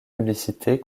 publicités